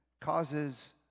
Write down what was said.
causes